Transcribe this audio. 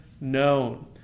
known